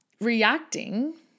reacting